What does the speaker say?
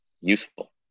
useful